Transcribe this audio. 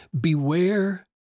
beware